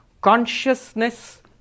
consciousness